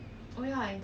why